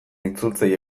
itzultzaile